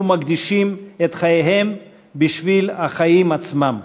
ומקדישים את חייהם בשביל החיים עצמם.